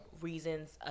reasons